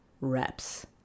reps